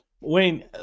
Wayne